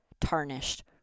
tarnished